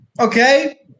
Okay